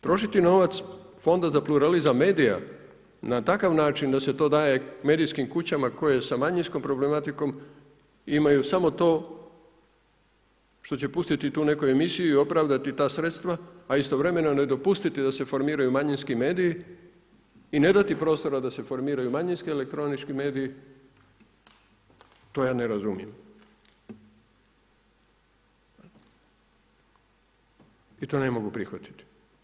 Trošiti novac Fonda za pluralizam medija, na takav način, da se to daje medijskim kućama koje je sa manjinskom problematikom imaju samo to što će pustiti tu neku emisiju i opravdati ta sredstava, a istovremeno ne dopustiti da se formiraju manjinski mediji i ne dati prostora da se formiraju manjinski elektronički mediji, to ja ne razumijem i to ne mogu prihvatiti.